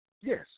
Yes